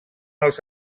els